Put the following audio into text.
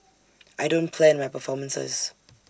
I don't plan my performances